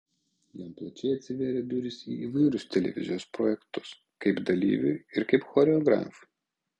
jam plačiai atsivėrė durys į įvairius televizijos projektus kaip dalyviui ir kaip choreografui